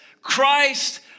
Christ